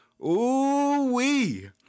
Ooh-wee